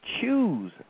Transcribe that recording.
choose